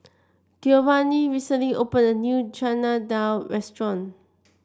Giovani recently opened a new Chana Dal Restaurant